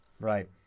Right